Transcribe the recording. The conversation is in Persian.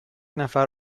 نفر